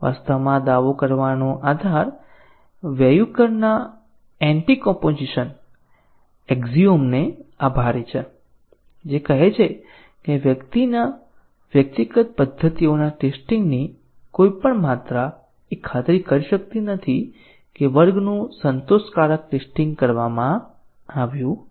વાસ્તવમાં આ દાવો કરવાનો આધાર વેયુકરના એન્ટીકોમ્પોઝિશન એક્ઝિઓમને આભારી છે જે કહે છે કે વ્યક્તિગત પદ્ધતિઓના ટેસ્ટીંગ ની કોઈપણ માત્રા એ ખાતરી કરી શકતી નથી કે વર્ગનું સંતોષકારક ટેસ્ટીંગ કરવામાં આવ્યું છે